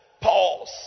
pause